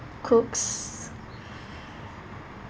cooks